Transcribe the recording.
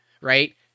Right